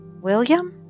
William